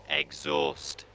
exhaust